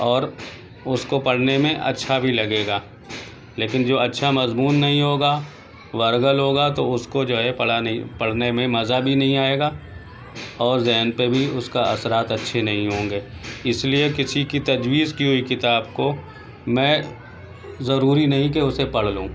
اور اس کو پڑھنے میں اچھا بھی لگے گا لیکن جو اچھا مضمون نہیں ہوگا ورگل ہوگا تو اس کو جو ہے پڑھنے میں مزہ بھی نہیں آئے گا اور ذہن پہ بھی اس کا اثرات اچھے نہیں ہوں گے اس لیے کسی کی تجویز کی ہوئی کتاب کو میں ضروری نہیں کہ اسے پڑھ لو